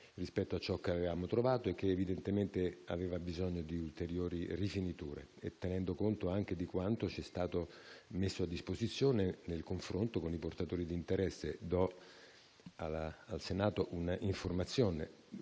rispetto a ciò che avevamo trovato e che evidentemente aveva bisogno di ulteriori rifiniture, tenendo conto anche di quanto ci è stato messo a disposizione nel confronto con i portatori di interesse. Do al Senato un'informazione: